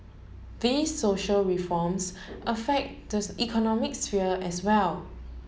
these social reforms affect the economic sphere as well